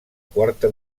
quarta